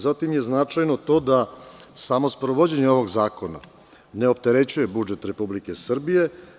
Značajno je to da samo sprovođenje ovog zakona ne opterećuje budžet Republike Srbije.